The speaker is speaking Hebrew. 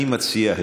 אני מציע,